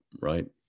right